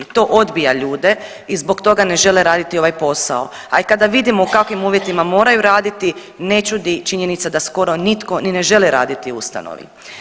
To odbija ljude i zbog toga ne žele raditi ovaj posao, a i kada vidimo u kakvim uvjetima moraju raditi ne čudi činjenica da skoro nitko ni ne želi raditi u ustanovi.